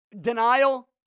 denial